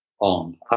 on